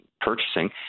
purchasing